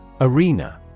Arena